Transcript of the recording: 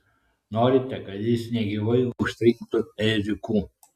norite kad jis negyvai užspringtų ėriuku